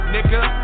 Nigga